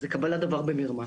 זה קבלת דבר במרמה.